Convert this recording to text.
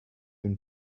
been